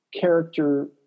character